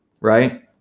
right